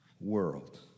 world